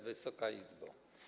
Wysoka Izbo!